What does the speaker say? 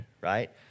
right